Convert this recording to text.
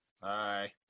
Bye